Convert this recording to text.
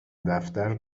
دفتر